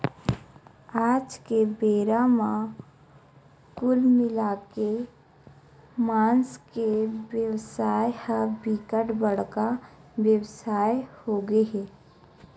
आज के बेरा म कुल मिलाके के मांस के बेवसाय ह बिकट बड़का बेवसाय होगे हे